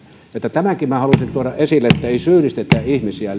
tämänkin minä halusin tuoda esille että ei syyllistetä ihmisiä